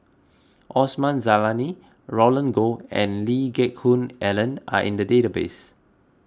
Osman Zailani Roland Goh and Lee Geck Hoon Ellen are in the database